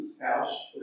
house